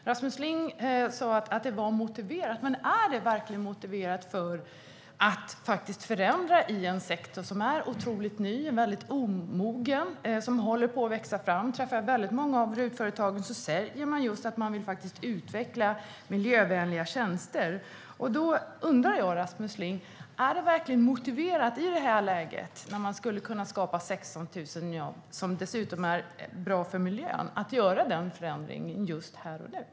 Rasmus Ling sa att det var motiverat. Men är det verkligen motiverat att förändra i en sektor som är otroligt ny? Det är en väldigt omogen sektor som håller på att växa fram. När jag träffar många av RUT-företagen säger de just att de faktiskt vill utveckla miljövänliga tjänster. Då undrar jag, Rasmus Ling: Är det verkligen motiverat att i det här läget, när man skulle kunna skapa 16 000 jobb som dessutom är bra för miljön, göra den förändringen?